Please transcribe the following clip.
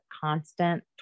constant